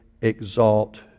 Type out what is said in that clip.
exalt